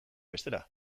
bestera